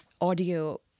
audio